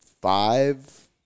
five